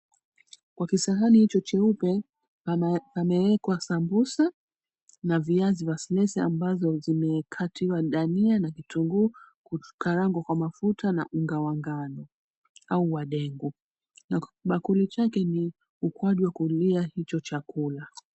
Kwa kisahani hicho cheupe amewekwa sambusa na viazi vya slesi ambavyo zimekatiwa dania na vitunguu, kukaangwa kwa mafuta na unga wa ngano au wa dengu na kibakuli chake ni ukwaju wa kulia hicho chakula.